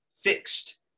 fixed